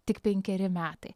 tik penkeri metai